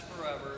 forever